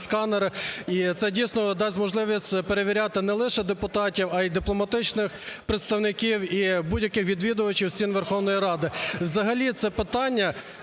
сканери. І це дійсно дасть можливість перевіряти не лише депутатів, а і дипломатичних представників і будь-яких відвідувачів стін Верховної Ради. Взагалі це питання